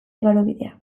igarobidea